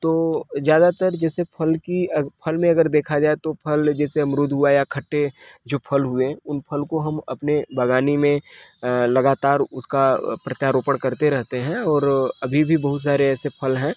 तो ज्यादातर जैसे फल की फल में अगर देखा जाए तो फल जैसे अमरुद हुआ या खट्टे जो फल हुए उन फल को हम अपने बागानी में अ लगातार उसका अ प्रत्यारोपण करते रहते हैं और अभी भी बहुत सारे ऐसे फल हैं